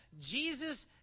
Jesus